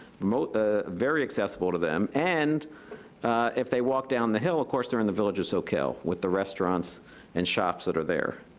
ah very accessible to them, and if they walk down the hill, of course they're in the village of soquel, with the restaurants and shops that are there.